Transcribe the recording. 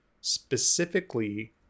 specifically